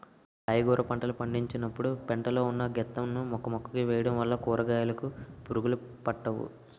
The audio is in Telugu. కాయగుర పంటలు పండించినపుడు పెంట లో ఉన్న గెత్తం ను మొక్కమొక్కకి వేయడం వల్ల కూరకాయలుకి పురుగులు పట్టవు